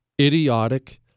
idiotic